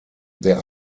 der